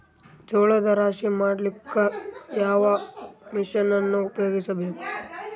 ಜೋಳದ ರಾಶಿ ಮಾಡ್ಲಿಕ್ಕ ಯಾವ ಮಷೀನನ್ನು ಉಪಯೋಗಿಸಬೇಕು?